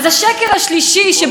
הוא מוטה לטובת השמאל,